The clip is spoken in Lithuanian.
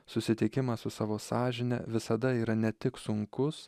susitikimas su savo sąžine visada yra ne tik sunkus